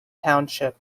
township